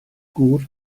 gŵr